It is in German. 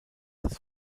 das